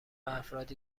افرادی